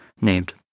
named